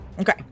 Okay